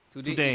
Today